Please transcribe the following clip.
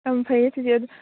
ꯑꯪ ꯐꯩꯌꯦ ꯆꯤꯆꯦ ꯑꯗꯣ